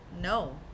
no